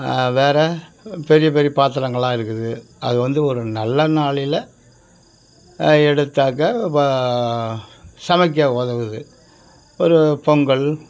வேற பெரிய பெரிய பாத்திரங்களாக இருக்குது அது வந்து ஒரு நல்ல நாளையில் எடுத்தாக்கா சமைக்க உதவுது ஒரு பொங்கல்